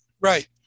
Right